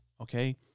okay